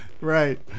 right